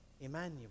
Emmanuel